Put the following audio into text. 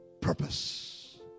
purpose